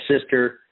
sister